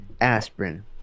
Aspirin